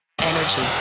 Energy